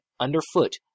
Underfoot